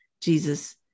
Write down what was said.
Jesus